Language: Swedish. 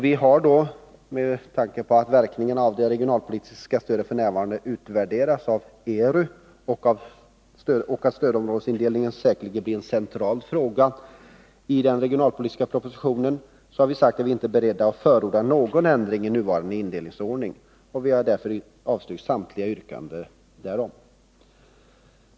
Vi har — med tanke på att verkningarna av det regionalpolitiska stödet f. n. utvärderas av ERU och på att stödområdesindelningen säkerligen blir en central fråga i den regionalpolitiska propositionen — inte varit beredda att förorda någon ändring i nuvarande indelningsordning. Vi avstyrker därför samtliga direkta yrkanden därom.